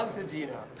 um to gina.